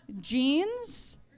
jeans